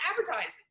advertising